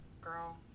girl